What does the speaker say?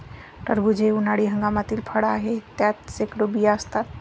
टरबूज हे उन्हाळी हंगामातील फळ आहे, त्यात शेकडो बिया असतात